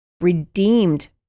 redeemed